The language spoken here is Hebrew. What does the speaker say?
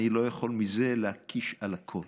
אני לא יכול להקיש מזה על הכול,